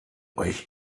euch